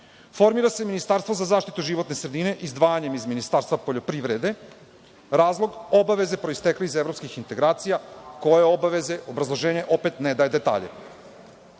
detalja. Formira se ministarstvo za zaštitu životne sredine, izdvajanjem iz Ministarstva poljoprivrede. Razlog? Obaveze proistekle iz evropskih integracija. Koje obaveze? Obrazloženje opet ne daje detalje. Ovo